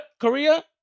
Korea